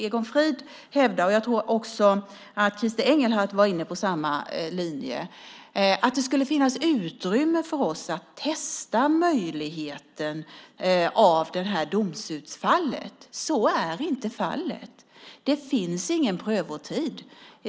Egon Frid hävdar - jag tror att också Christer Engelhardt var inne på samma linje - att det skulle finnas utrymme för oss att testa möjligheten av det här domsutfallet. Så är inte fallet. Det finns ingen prövotid.